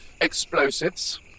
Explosives